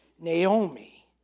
Naomi